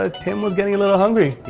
ah tim was getting a little hungry.